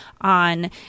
on